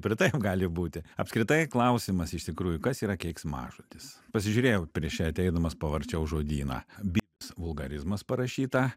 ir taip gali būti apskritai klausimas iš tikrųjų kas yra keiksmažodis pasižiūrėjau prieš ateidamas pavarčiau žodyną bet vulgarizmas parašyta